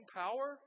power